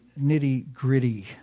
nitty-gritty